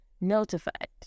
notified